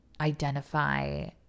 identify